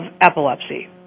epilepsy